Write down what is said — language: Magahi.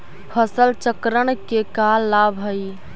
फसल चक्रण के का लाभ हई?